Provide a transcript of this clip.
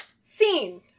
scene